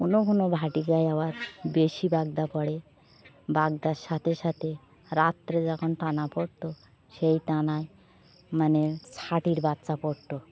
কোনো কোনো ভাটিগায়ে আবার বেশি বাগদা পড়ে বাগদার সাথে সাথে রাত্রে যখন টানা পড়ত সেই টানায় মানে ছাটির বাচ্চা পড়ত